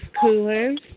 coolers